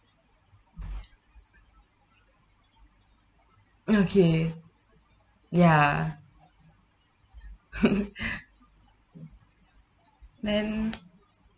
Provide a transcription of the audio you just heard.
okay ya then